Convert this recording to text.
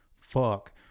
fuck